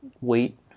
weight